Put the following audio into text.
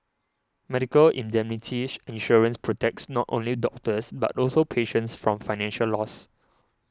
medical indemnity insurance protects not only doctors but also patients from financial loss